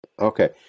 Okay